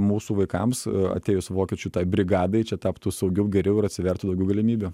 mūsų vaikams atėjus vokiečių tai brigadai čia taptų saugiau geriau ir atsivertų daugiau galimybių